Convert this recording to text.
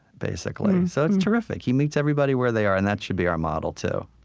basically. so it's terrific. he meets everybody where they are. and that should be our model too